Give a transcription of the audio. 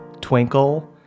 twinkle